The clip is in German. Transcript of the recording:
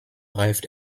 reift